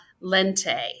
lente